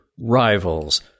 Rivals